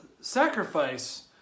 sacrifice